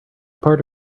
part